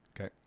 Okay